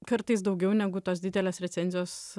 kartais daugiau negu tos didelės recenzijos